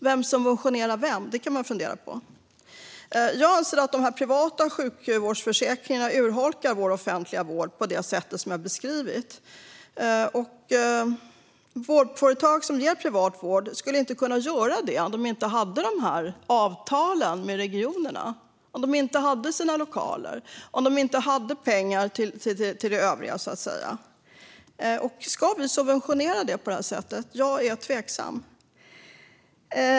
Vem subventionerar vem? Det kan man fundera på. Jag anser att de privata sjukvårdsförsäkringarna urholkar vår offentliga vård på det sätt som jag beskrivit. Vårdföretag som ger privat vård skulle inte kunna göra det om de inte hade avtalen med regionerna, om de inte hade sina lokaler och om de inte hade pengar till det övriga. Ska vi subventionera det på det här sättet? Jag är tveksam.